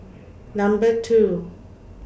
Number two